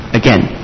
again